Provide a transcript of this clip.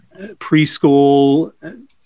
preschool